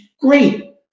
great